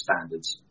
standards